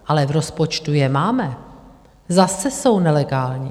Ale v rozpočtu je máme, zase jsou nelegální.